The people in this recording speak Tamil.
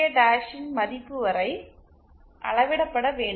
டாஷின் மதிப்பு வரை அளவிடப்பட வேண்டும்